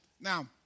Now